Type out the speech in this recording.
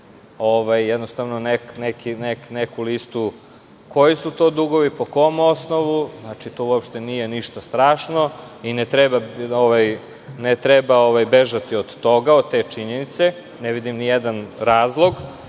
jednostavno neku listu, koji su to dugovi, po kom osnovu. Znači, to uopšte nije ništa strašno i ne treba bežati od toga, od te činjenice, ne vidim nijedan razlog,